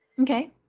okay